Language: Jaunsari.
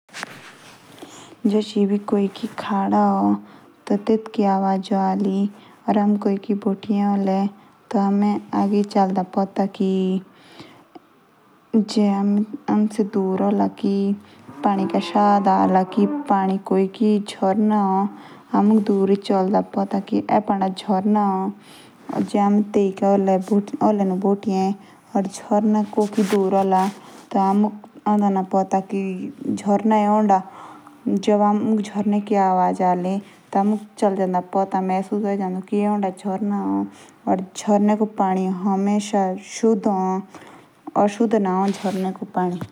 जेश कोकी खड़ा ह। टी हैम टाइक बीके द रोल। टी टेटके आवाज आओ अमुक। टी अमुक टेका पता चलदा कि कोके ए खड़ा सा।